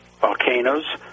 volcanoes